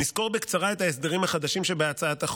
אני אסקור בקצרה את ההסדרים החדשים שבהצעת החוק: